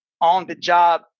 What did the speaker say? on-the-job